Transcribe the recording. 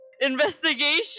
investigation